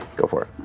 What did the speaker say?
go for